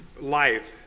life